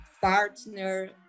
partner